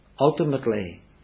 Ultimately